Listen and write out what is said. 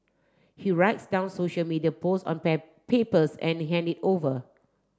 he writes down social media posts on papers and hand it over